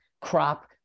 crop